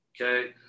Okay